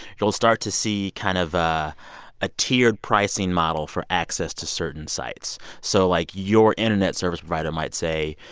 you'll start to see kind of a tiered pricing model for access to certain sites. so, like, your internet service provider might say,